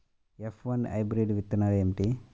F one hybrid విత్తనాలు ఏమిటి?